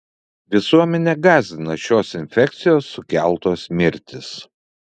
visuomenę gąsdina šios infekcijos sukeltos mirtys